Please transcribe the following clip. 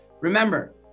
remember